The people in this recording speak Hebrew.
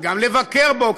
וגם לבקר פה,